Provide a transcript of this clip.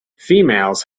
females